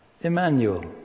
Emmanuel